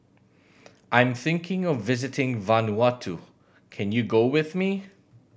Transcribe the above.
I'm thinking of visiting Vanuatu can you go with me